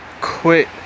quit